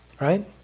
right